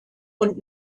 und